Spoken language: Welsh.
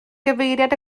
gyfeiriad